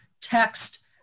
text